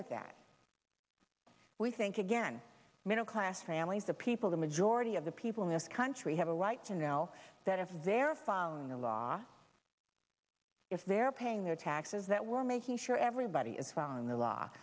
with that we think again middle class families of people the majority of the people in this country have a right to know that if they're following the law if they're paying their taxes that we're making sure everybody is following the law